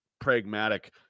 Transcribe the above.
Pragmatic